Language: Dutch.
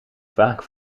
vaak